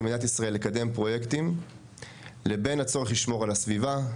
מדינת ישראל לקדם פרויקטים לבין הצורך לשמור על הסביבה,